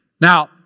Now